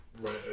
right